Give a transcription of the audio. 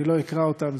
אני לא אקרא אותם,